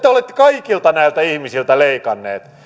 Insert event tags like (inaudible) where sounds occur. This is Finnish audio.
(unintelligible) te olette kaikilta näiltä ihmisiltä leikanneet